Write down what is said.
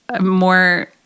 more